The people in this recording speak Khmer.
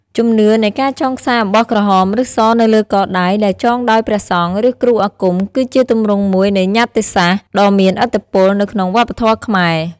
ជំនឿនៃការចងខ្សែអំបោះក្រហម ឬស នៅលើកដៃ ដែលចងដោយព្រះសង្ឃ ឬគ្រូអាគម គឺជាទម្រង់មួយនៃ ញ្ញត្តិសាស្ត្រ ដ៏មានឥទ្ធិពល នៅក្នុងវប្បធម៌ខ្មែរ។